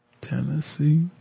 Tennessee